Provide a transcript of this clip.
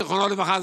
זיכרונו לברכה,